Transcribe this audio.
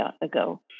ago